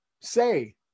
say